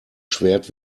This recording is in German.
schwert